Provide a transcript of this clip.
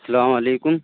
السلام علیکم